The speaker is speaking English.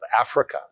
Africa